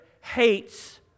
hates